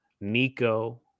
Nico